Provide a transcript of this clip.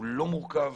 לא מורכב,